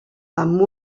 amb